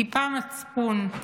טיפה מצפון: